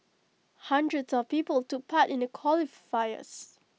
hundreds of people took part in the qualifiers